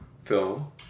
film